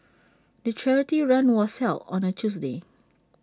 the charity run was held on A Tuesday